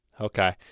Okay